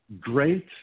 great